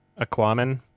Aquaman